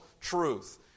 truth